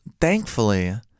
thankfully